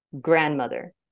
grandmother